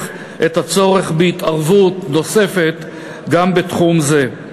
את הצורך בהתערבות נוספת גם בתחום זה.